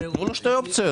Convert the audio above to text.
תנו לו שתי אופציות